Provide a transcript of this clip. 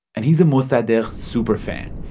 and he's a mossadegh super-fan.